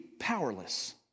powerless